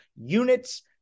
units